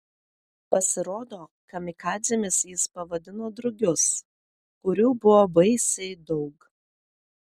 pasirodo kamikadzėmis jis pavadino drugius kurių buvo baisiai daug